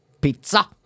Pizza